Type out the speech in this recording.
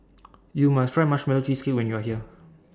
YOU must Try Marshmallow Cheesecake when YOU Are here